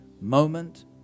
moment